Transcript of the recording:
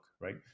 right